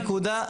נכון,